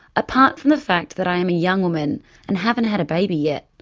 apart from the fact that i am a young woman and haven't had a baby yet,